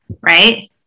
Right